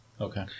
Okay